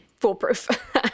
foolproof